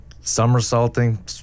somersaulting